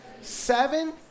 Seven